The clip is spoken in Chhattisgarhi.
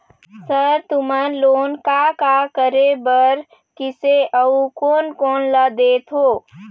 सर तुमन लोन का का करें बर, किसे अउ कोन कोन ला देथों?